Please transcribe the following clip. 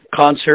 concert